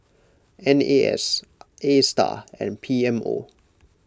N A S Astar and P M O